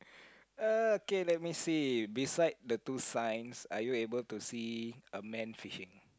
uh okay let me see beside the two signs are you able to see a man fishing